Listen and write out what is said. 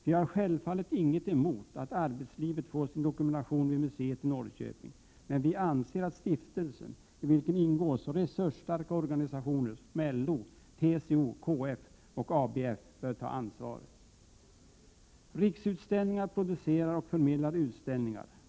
Vi har självfallet inget emot att arbetslivet får sin dokumentation vid museet i Norrköping, men vi anser att stiftelsen, i vilken ingår så resursstarka organisationer som LO, TCO, KF och ABF, bör ta det ekonomiska ansvaret. Riksutställningar producerar och förmedlar utställningar.